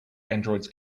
androids